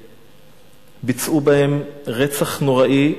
שביצעו בהם רצח נוראי באבנים.